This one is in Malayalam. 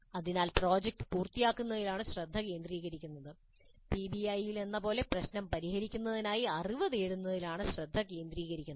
അതിനാൽ പ്രോജക്റ്റ് പൂർത്തിയാക്കുന്നതിലാണ് ശ്രദ്ധ കേന്ദ്രീകരിക്കുന്നത് പിബിഐയിലെന്നപോലെ പ്രശ്നം പരിഹരിക്കുന്നതിനായി അറിവ് നേടുന്നതിലാണ് ശ്രദ്ധ കേന്ദ്രീകരിക്കുന്നത്